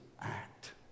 act